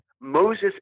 Moses